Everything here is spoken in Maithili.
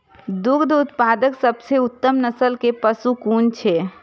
दुग्ध उत्पादक सबसे उत्तम नस्ल के पशु कुन छै?